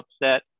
upset